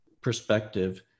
perspective